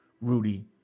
Rudy